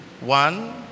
one